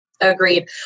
agreed